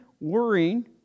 worrying